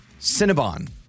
Cinnabon